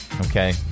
okay